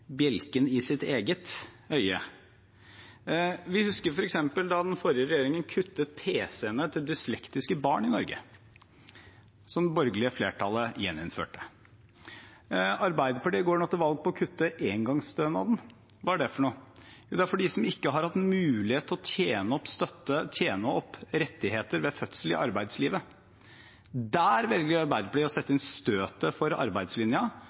i sitt eget øye. Vi husker f.eks. da den forrige regjeringen kuttet pc-ene til dyslektiske barn i Norge, noe det borgerlige flertallet gjeninnførte. Arbeiderpartiet går nå til valg på å kutte engangsstønaden. Hva er det for noe? Jo, det er for dem som ikke har hatt mulighet til å tjene opp rettigheter ved fødsel, i arbeidslivet. Der velger Arbeiderpartiet å sette inn støtet for